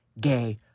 gay